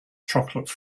chocolate